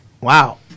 Wow